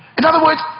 in other words,